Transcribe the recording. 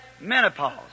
menopause